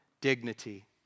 dignity